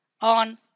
on